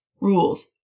rules